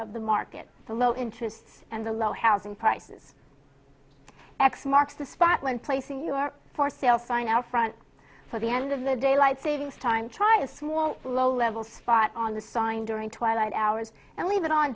of the market for low interest and the low housing prices x marks the spot when placing your for sale sign out front for the end of the daylight savings time try a small low level spot on the sign during twilight hours and leave it on